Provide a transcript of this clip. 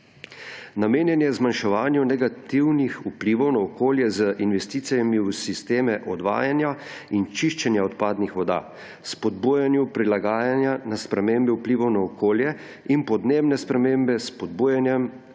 Namenjen je zmanjševanju negativnih vplivov na okolje z investicijami v sisteme odvajanja in čiščenja odpadnih voda, spodbujanju prilagajanja na spremembe vplivov na okolje in podnebne spremembe s spodbujanjem